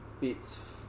bits